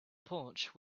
porch